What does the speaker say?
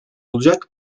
olacak